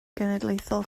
genedlaethol